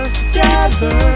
together